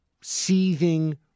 seething